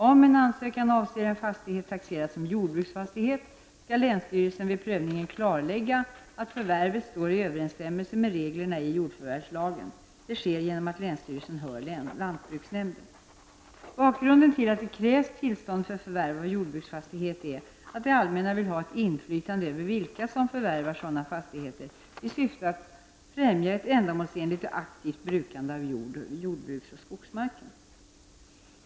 Om en ansökning avser en fastighet taxerad som jordbruksfastighet, skall länsstyrelsen vid prövning klarlägga att förvärvet står i överensstämmelse med reglerna i jordförvärvslagen. Det sker genom att länsstyrelsen hör lantbruksnämnden. Bakgrunden till att det krävs tillstånd för förvärv av jordbruksfastigheter är att det allmänna vill ha ett inflytande över vilka som förvärvar sådana fastigheter i syfte att främja ett ändamålsenligt och aktivt brukande av jordbruks och skogsmarken.